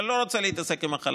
אבל אני לא רוצה להתעסק עם החלש,